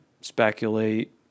speculate